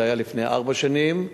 זה היה לפני ארבע שנים,